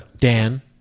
Dan